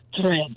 thread